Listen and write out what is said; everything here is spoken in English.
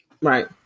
Right